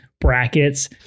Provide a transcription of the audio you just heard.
Brackets